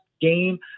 game